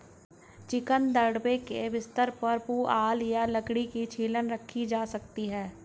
chicken दड़बे के बिस्तर पर पुआल या लकड़ी की छीलन रखी जा सकती है